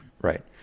Right